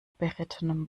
berittenem